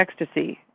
ecstasy